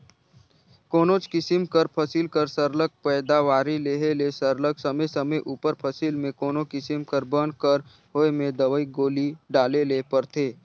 कोनोच किसिम कर फसिल कर सरलग पएदावारी लेहे ले सरलग समे समे उपर फसिल में कोनो किसिम कर बन कर होए में दवई गोली डाले ले परथे